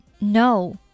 No